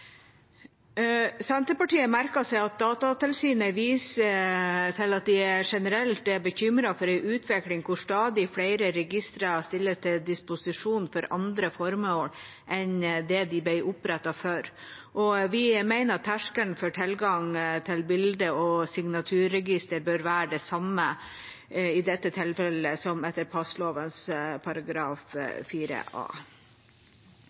Senterpartiet merket seg at Datatilsynet viser til at de er generelt bekymret for en utvikling der stadig flere registre stilles til disposisjon for andre formål enn det de ble opprettet for. Vi mener at terskelen for tilgang til bilde- og signaturregister bør være den samme i dette tilfellet som etter passlovens § 8 a.